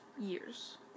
years